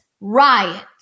riot